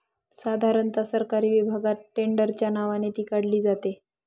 साधारणता सरकारी विभागात टेंडरच्या नावाने ती काढली जाते